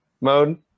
mode